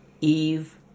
Eve